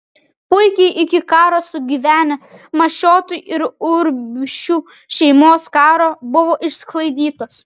puikiai iki karo sugyvenę mašiotų ir urbšių šeimos karo buvo išsklaidytos